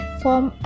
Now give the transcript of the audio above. form